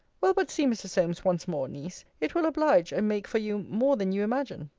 well, but see mr. solmes once more, niece. it will oblige and make for you more than you imagine.